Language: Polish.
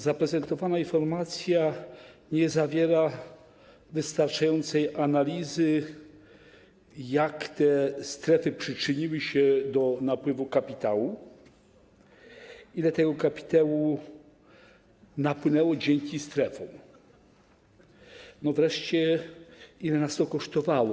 Zaprezentowana informacja nie zawiera wystarczającej analizy tego, jak te strefy przyczyniły się do napływu kapitału, ile tego kapitału napłynęło dzięki strefom i wreszcie ile nas to kosztowało.